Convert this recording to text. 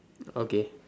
okay